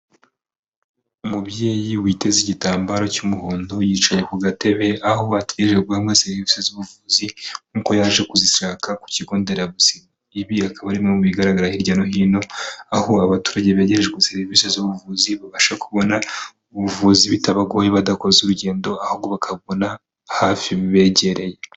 Umubyeyi witeze igitambaro cy'umuhondo yicaye ku gatebe, aho ategereje guhabwa serivisi z'ubuvuzi nkuko yaje kuzishaka ku kigonderabuzima. Ibi akaba ari mu bigaragara hirya no hino aho abaturage begereje serivisi z'ubuvuzi babasha kubona ubuvuzi bitabagoye badakoze urugendo ahubwo bakabona hafi bibegereye.